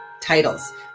titles